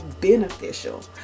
beneficial